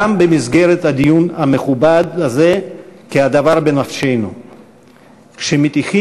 גם במסגרת הדיון המכובד הזה, כי בנפשנו הדבר.